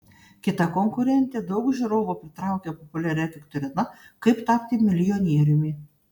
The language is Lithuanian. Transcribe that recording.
kita konkurentė daug žiūrovų pritraukia populiaria viktorina kaip tapti milijonieriumi